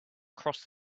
across